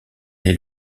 est